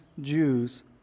Jews